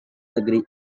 negeri